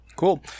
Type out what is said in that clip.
Cool